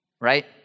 Right